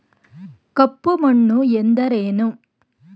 ಕಪ್ಪು ಮಣ್ಣು ಎಂದರೇನು?